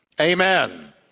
Amen